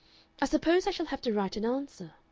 i suppose i shall have to write an answer.